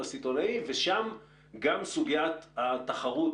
בסיטונאים ושם גם סוגיית התחרות,